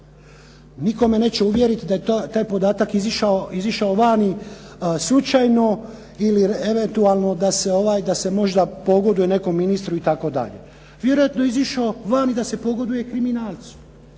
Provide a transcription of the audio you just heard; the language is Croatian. Nitko me neće uvjerit da je taj podatak izašao van slučajno ili eventualno da se možda pogoduje nekom ministru itd. Vjerojatno je izašao van da se pogoduje kriminalcu.